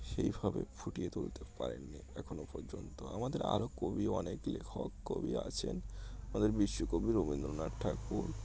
সেইভাবে ফুটিয়ে তুলতে পারেননি এখনও পর্যন্ত আমাদের আরও কবি অনেক লেখক কবি আছেন আমাদের বিশ্বকবি রবীন্দ্রনাথ ঠাকুর